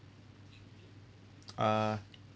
uh